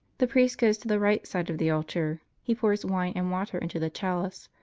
the priest goes to the right side of the altar. he pours wine and water into the chalice.